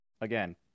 Again